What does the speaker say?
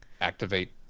activate